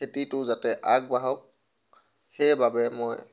খেতিটো যাতে আগবাঢ়ক সেইবাবে মই